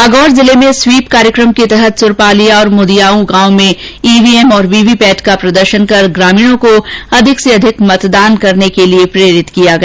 नागौर जिले में स्वीप कार्यक्रम के तहत सुरपालिया और मुदियाऊं गांव में ईवीएम तथा वीवीपैट का प्रदर्शन कर ग्रामीणों को अधिक से अधिक मतदान करने के लिए प्रेरित किया गया